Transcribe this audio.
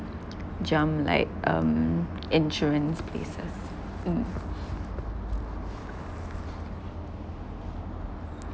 jump like um insurance places mm